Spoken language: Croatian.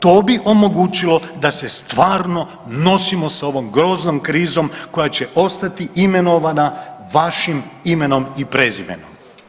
To bi omogućilo da se stvarno nosimo sa ovom groznom krizom koja će ostati imenovana vašim imenom i prezimenom.